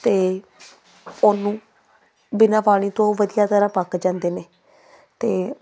ਅਤੇ ਉਹਨੂੰ ਬਿਨਾਂ ਪਾਣੀ ਤੋਂ ਵਧੀਆਂ ਤਰ੍ਹਾਂ ਪੱਕ ਜਾਂਦੇ ਨੇ ਅਤੇ